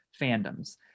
fandoms